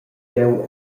jeu